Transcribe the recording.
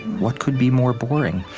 what could be more boring?